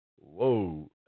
Whoa